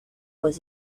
that